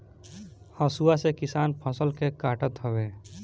हसुआ से किसान फसल के काटत हवे